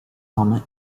helmet